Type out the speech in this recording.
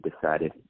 decided